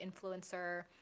influencer